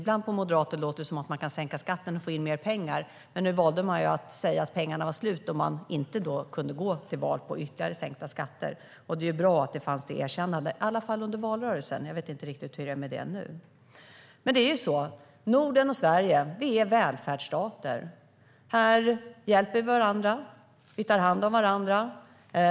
Ibland låter det på moderater som om man kan sänka skatten och få in mer pengar, men nu valde man att säga att pengarna var slut och att man inte kunde gå till val på ytterligare sänkta skatter. Det är bra att det erkändes - i alla fall under valrörelsen. Jag vet inte riktigt hur det är med det nu. Norden och Sverige är välfärdsstater. Här hjälper vi varandra. Vi tar hand om varandra.